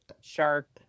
Shark